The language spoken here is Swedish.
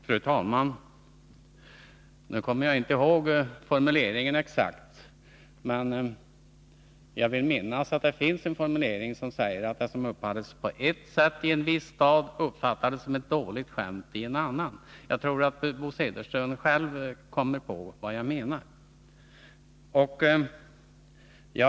Fru talman! Nu kommer jag inte exakt ihåg formuleringen, men jag vill minnas att det finns ett talessätt om att det som uppfattas på ett sätt i en viss stad uppfattas som ett dåligt skämt i en annan. Jag tror att Bo Södersten själv kommer på vad jag menar.